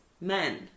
men